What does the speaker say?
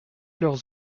leurs